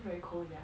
very cold sia